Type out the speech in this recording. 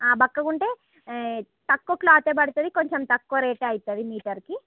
బక్కగ ఉంటే తక్కువ క్లాతే పడుతుంది కొంచం తక్కువ రేటే అవుతుంది మీటర్ కి